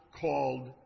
called